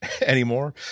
anymore